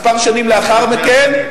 כמה שנים לאחר מכן,